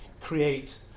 create